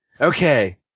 Okay